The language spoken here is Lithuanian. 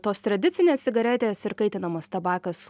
tos tradicinės cigaretės ir kaitinamas tabakas